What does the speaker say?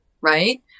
right